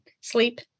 sleep